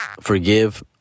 Forgive